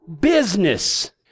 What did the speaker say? business